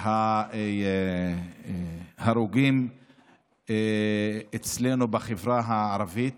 ההרוגים אצלנו בחברה הערבית.